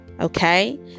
okay